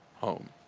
home